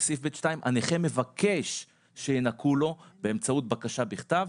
בסעיף (ב)(2) הנכה מבקש שינכו לו באמצעות בקשה בכתב,